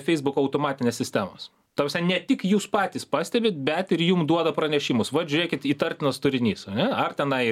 feisbuko automatinės sistemos ta prasme ne tik jūs patys pastebit bet ir jum duoda pranešimus vat žiūrėkit įtartinas turinys ane ar tenai